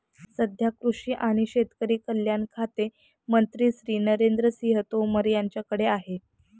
सध्या कृषी आणि शेतकरी कल्याण खाते मंत्री श्री नरेंद्र सिंह तोमर यांच्याकडे आहे